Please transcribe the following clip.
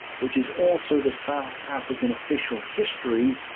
which is also the south african official history,